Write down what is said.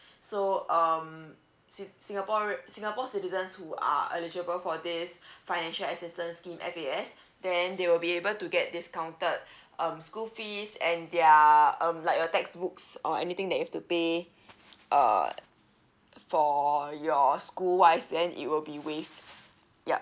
so um sing~ singaporean singapore citizens who are eligible for this financial assistance scheme F_A_S then they will be able to get discounted um school fees and their um like a textbooks or anything that you've to pay uh for your school wise then it will be waived yup